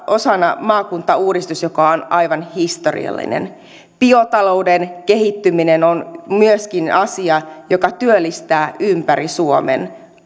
osana maakuntauudistus joka on aivan historiallinen biotalouden kehittyminen on myöskin asia joka työllistää ympäri suomen